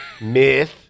myth